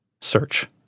search